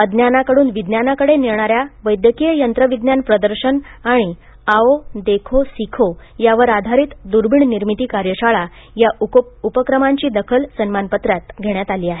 अज्ञानाकडून विज्ञानाकडे नेणाऱ्या वैद्यकीय यंत्रविज्ञान प्रदर्शन आणि आओ देखो सिखो यावर आधारित दुर्बीण निर्मिती कार्यशाळा या उपक्रमांची दखल सन्मानपत्रात घेण्यात आली आहे